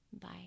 Bye